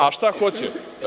A šta hoće?